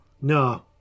no